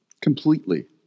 Completely